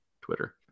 Twitter